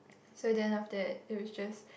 so then after that there is just